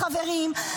החברים,